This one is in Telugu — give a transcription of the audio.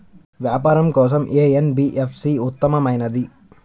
వ్యాపారం కోసం ఏ ఎన్.బీ.ఎఫ్.సి ఉత్తమమైనది?